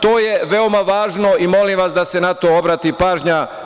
To je veoma važno i molim vas da se na to obrati pažnja.